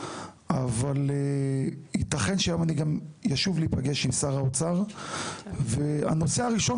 אבל יתכן שאני גם ישוב להיפגש עם שר האוצר והנושא הראשון